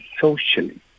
socially